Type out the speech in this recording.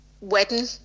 wedding